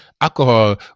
Alcohol